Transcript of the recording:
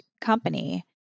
company